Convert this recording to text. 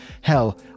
Hell